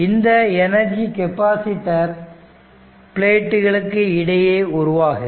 இந்த energy capacitor பிளேட்களுக்கு இடையே உருவாகிறது